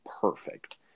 perfect